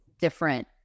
different